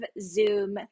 Zoom